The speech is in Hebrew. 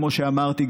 כמו שאמרתי,